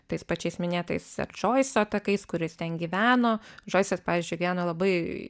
tais pačiais minėtais džoiso takais kur jis ten gyveno džoisas pavyzdžiui gyveno labai